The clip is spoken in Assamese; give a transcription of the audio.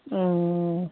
অঁ